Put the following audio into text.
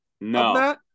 No